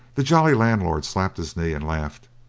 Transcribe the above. the jolly landlord slapped his knee and laughed.